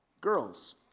girls